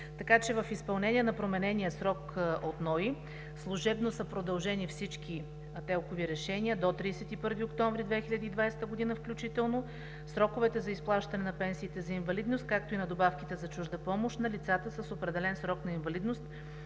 Така че в изпълнение на променения срок от НОИ, служебно са продължени всички ТЕЛК-ови решения до 31 октомври 2020 г. включително, сроковете за изплащане на пенсиите за инвалидност, както и на добавките за чужда помощ на лицата с определен срок на инвалидност,